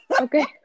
Okay